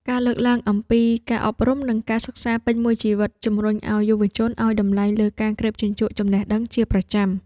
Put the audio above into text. ការលើកឡើងអំពី ការអប់រំ និងការសិក្សាពេញមួយជីវិត ជម្រុញឱ្យយុវជនឱ្យតម្លៃលើការក្រេបជញ្ជក់ចំណេះដឹងជាប្រចាំ។